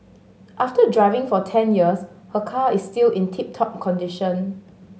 after driving for ten years her car is still in tip top condition